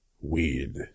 weed